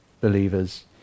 believers